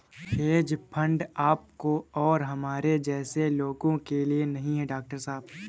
hedge fund आपके और हमारे जैसे लोगों के लिए नहीं है, डॉक्टर साहब